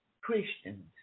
Christians